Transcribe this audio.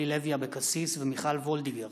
ינון אזולאי ועאידה תומא סלימאן